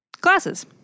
Glasses